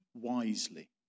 wisely